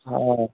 हा